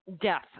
death